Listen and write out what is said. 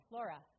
Laura